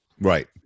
Right